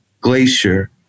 glacier